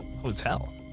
hotel